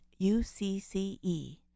ucce